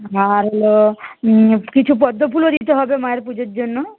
আর হল কিছু পদ্মফুলও দিতে হবে মায়ের পুজোর জন্য